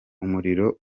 umuriro